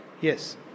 Yes